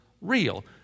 real